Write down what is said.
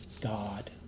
God